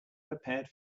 prepared